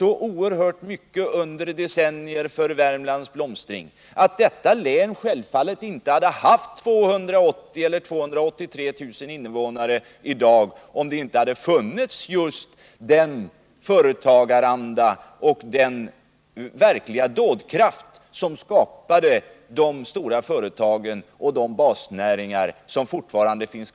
oerhört mycket under decennier för Värmlands blomstring. Detta län skulle i dag självfallet inte ha haft 283 000 invånare om det inte hade funnits just den företagaranda och den verkliga dådkraft som skapade de stora 139 företagen och de basnäringar som fortfarande finns.